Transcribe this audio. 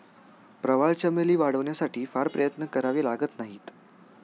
प्रवाळ चमेली वाढवण्यासाठी फार प्रयत्न करावे लागत नाहीत